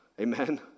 Amen